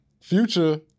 future